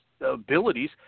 abilities